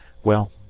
well,